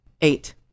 Eight